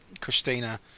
Christina